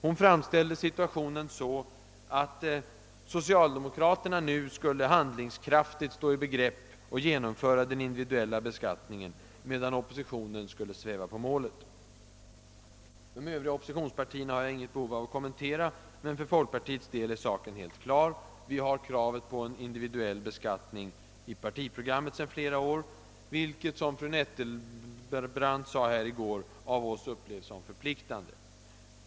Hon framställde situationen så, att socialdemokraterna nu skulle handlingskraftigt stå i begrepp att genomföra den individuella beskattningen, medan oppositionen skulle sväva på målet. De övriga oppositionspartiernas inställning bar jag inget behov av att kommentera, men för folkpartiets del är saken helt klar. Vi har kravet på individuell beskattning i partiprogrammet seden flera år, vilket, som fru Nettelbrandt sade här i går, av oss upplevs som förpliktande.